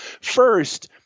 first